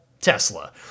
Tesla